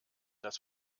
das